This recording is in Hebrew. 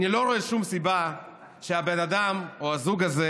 אני לא רואה שום סיבה שהאדם או הזוג הזה